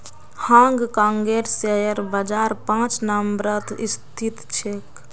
हांग कांगेर शेयर बाजार पांच नम्बरत स्थित छेक